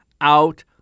out